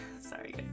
Sorry